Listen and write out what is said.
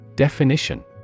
Definition